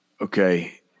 Okay